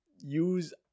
use